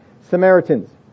Samaritans